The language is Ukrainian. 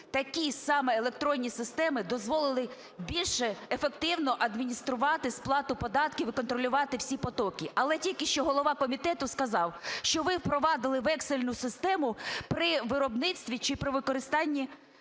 такі саме електронні системи дозволили більш ефективно адмініструвати сплату податків і контролювати всі потоки. Але тільки що голова комітету сказав, що ви впровадили вексельну систему при виробництві чи при використанні пального